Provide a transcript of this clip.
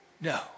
No